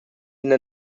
ina